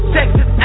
Texas